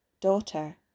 Daughter